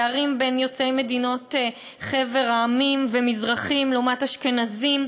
ופערים בין יוצאי חבר המדינות ומזרחים לעומת אשכנזים,